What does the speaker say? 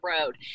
road